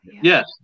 Yes